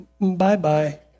bye-bye